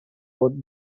both